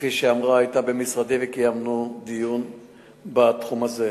כפי שאמרה, היתה במשרדי וקיימנו דיון בתחום הזה.